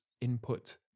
input